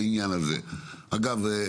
אגב,